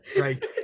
right